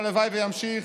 הלוואי שימשיך,